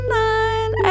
nine